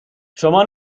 شما